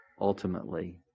ultimately